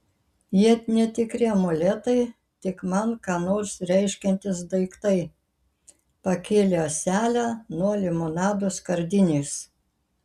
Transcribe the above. jie netikri amuletai tik man ką nors reiškiantys daiktai pakėlė ąselę nuo limonado skardinės